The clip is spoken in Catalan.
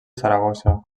saragossa